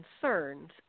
concerns